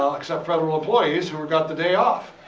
so except federal employees who were got the day off.